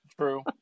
True